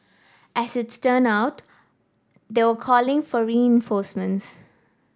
as it turn out they were calling for reinforcements